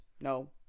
no